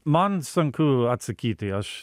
man sunku atsakyti aš